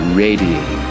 radiating